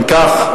אם כך,